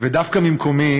ודווקא ממקומי,